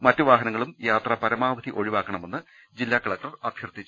മറ്റ് വാഹനങ്ങളും യാത്ര പരമാവധി ഒഴിവാക്കണ മെന്ന് ജില്ലാ കലക്ടർ അഭ്യർത്ഥിച്ചു